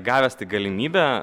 gavęs tik galimybę